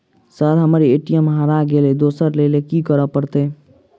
Sir हम्मर ATM हरा गइलए दोसर लईलैल की करऽ परतै?